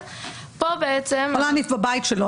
--- הוא יכול להניף בבית שלו,